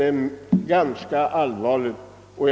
Det är ganska allvarliga saker.